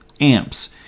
Amps